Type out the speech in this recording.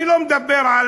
אני לא מדבר על,